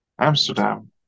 Amsterdam